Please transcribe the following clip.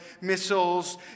missiles